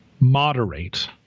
moderate